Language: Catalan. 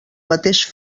mateix